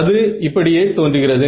அது இப்படியே தோன்றுகிறது